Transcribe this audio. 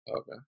Okay